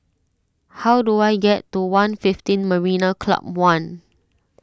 how do I get to one fifteen Marina Club one